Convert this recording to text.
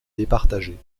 départager